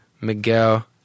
Miguel